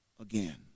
again